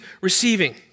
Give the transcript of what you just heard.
receiving